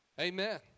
Amen